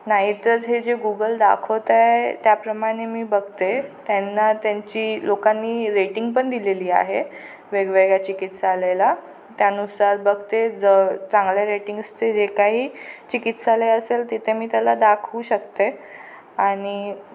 नाही तर हे जे गुगल दाखवतं आहे त्याप्रमाणे मी बघते त्यांना त्यांची लोकांनी रेटिंग पण दिलेली आहे वेगवेगळ्या चिकित्सालयला त्यानुसार बघते ज चांगल्या रेटिंग्स ते जे काही चिकित्सालय असेल तिथे मी त्याला दाखवू शकते आणि